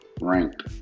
ranked